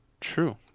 True